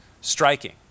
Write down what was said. striking